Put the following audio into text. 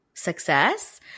Success